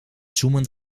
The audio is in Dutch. zoemend